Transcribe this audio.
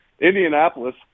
Indianapolis